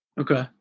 Okay